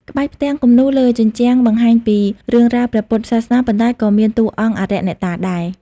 ក្បាច់ផ្ទាំងគំនូរ លើជញ្ជាំងបង្ហាញពីរឿងរ៉ាវព្រះពុទ្ធសាសនា ប៉ុន្តែក៏មានតួអង្គអារក្សអ្នកតាដែរ។